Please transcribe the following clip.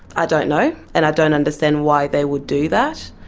i don't know and i don't understand why they would do that.